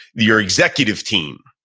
your executive team.